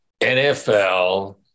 NFL